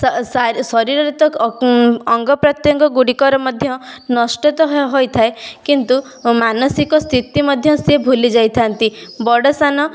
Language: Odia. ସା ସା ଶରୀରରେ ତ ଅକ ଅଙ୍ଗପ୍ରତ୍ୟଙ୍ଗ ଗୁଡ଼ିକର ମଧ୍ୟ ନଷ୍ଟ ତ ହ ହୋଇଥାଏ କିନ୍ତୁ ମାନସିକ ସ୍ଥିତି ମଧ୍ୟ ସେ ଭୁଲିଯାଇଥାନ୍ତି ବଡ଼ ସାନ